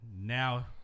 Now